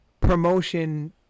promotion